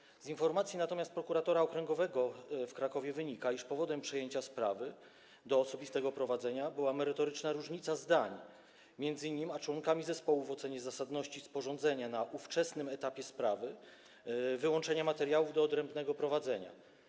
Natomiast z informacji prokuratora okręgowego w Krakowie wynika, iż powodem przejęcia sprawy do osobistego prowadzenia była merytoryczna różnica zdań między nim a członkami zespołu w ocenie zasadności sporządzenia na ówczesnym etapie sprawy wyłączenia materiałów do odrębnego prowadzenia.